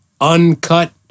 Uncut